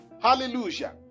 Hallelujah